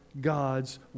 God's